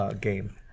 game